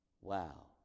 Wow